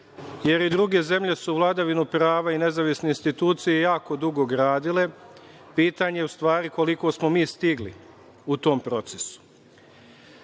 jer i druge zemlje su vladavinu prava i nezavisne institucije jako dugo gradile. Pitanje je u stvari koliko smo mi stigli u tom procesu. Ovaj